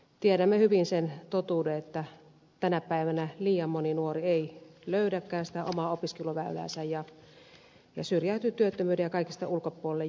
tiedämme hyvin sen totuuden että tänä päivänä liian moni nuori ei löydäkään sitä omaa opiskeluväyläänsä ja syrjäytyy työttömyyden ja kaikesta ulkopuolelle jäämisen nimissä